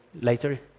later